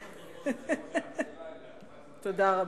שמעון היקר,